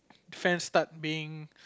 fans start being